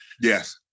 Yes